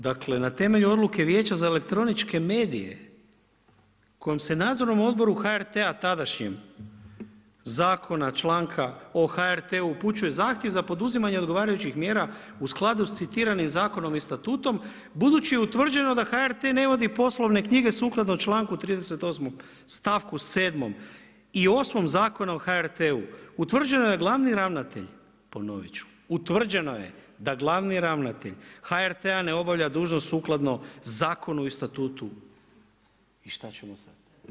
Dakle na temelju odluke Vijeća za elektroničke medije kojom se Nadzornom odboru HRT-a tadašnjem zakona, članka o HRT-u upućuje zahtjev za poduzimanje odgovarajućih mjera u skladu s citiranim zakonom i statutom budući je utvrđeno da HRT-e ne vodi poslovne knjige sukladno članku 38. stavku 7. i 8. Zakona o HRT-u utvrđujem da je glavni ravnatelj ponovit ću, utvrđeno je da glavni ravnatelj HRT-a ne obavlja dužnost sukladno zakonu i statutu, i šta ćemo sad?